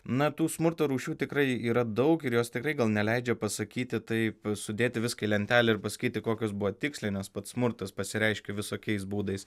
na tų smurto rūšių tikrai yra daug ir jos tikrai gal neleidžia pasakyti taip sudėti viską į lentelę ir pasakyti kokios buvo tikslinės pats smurtas pasireiškia visokiais būdais